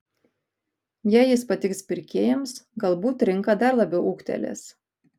jei jis patiks pirkėjams galbūt rinka dar labiau ūgtelės